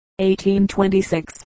1826